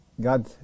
God